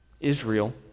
Israel